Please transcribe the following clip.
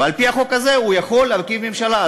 ועל-פי החוק הזה הוא יכול להרכיב ממשלה.